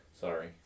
Sorry